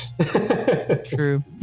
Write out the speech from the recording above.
True